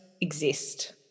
exist